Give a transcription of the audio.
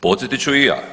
Podsjetit ću i ja.